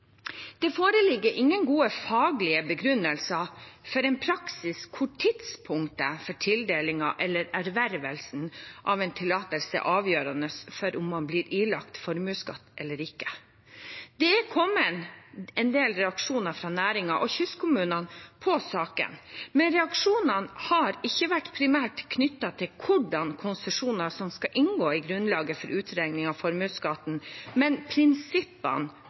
Det foreligger ingen gode faglige begrunnelser for en praksis hvor tidspunktet for tildelingen eller ervervelsen av en tillatelse avgjør om man bli ilagt formuesskatt eller ikke. Det er kommet en del reaksjoner på saken fra næringen og kystkommunene, men reaksjonene har ikke vært primært knyttet til hvordan konsesjoner skal inngå i grunnlaget for utregning av formuesskatten, men prinsippene